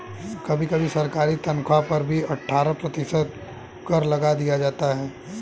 कभी कभी सरकारी तन्ख्वाह पर भी अट्ठारह प्रतिशत कर लगा दिया जाता है